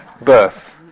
Birth